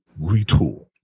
retool